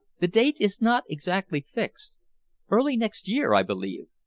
the date is not exactly fixed early next year, i believe,